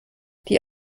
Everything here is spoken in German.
die